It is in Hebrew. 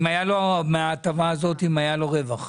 אם היה לו מההטבה הזאת אם היה לו רווח?